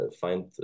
find